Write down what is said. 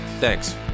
Thanks